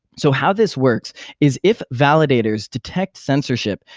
so how this works is if validators detect censorship,